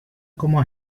como